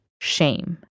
shame